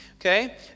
okay